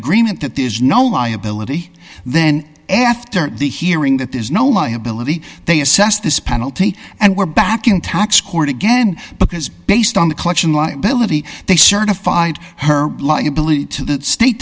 agreement that there is no liability then after the hearing that there's no liability they assessed this penalty and we're back in tax court again because based on the collection liability they certified her liability to the state